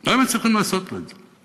לא היו מצליחים לעשות לו את זה.